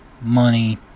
money